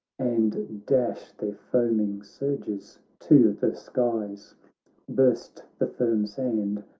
and dash their foaming surges to the skies burst the firm sand,